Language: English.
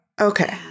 Okay